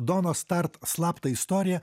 donos tart slaptą istoriją